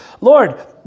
Lord